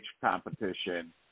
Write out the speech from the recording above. competition